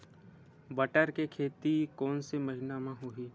बटर के खेती कोन से महिना म होही?